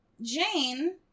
Jane